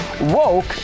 Woke